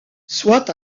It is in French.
soit